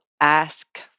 ask